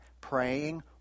praying